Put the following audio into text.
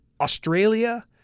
Australia